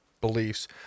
beliefs